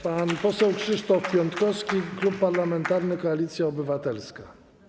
Pan poseł Krzysztof Piątkowski, Klub Parlamentarny Koalicja Obywatelska.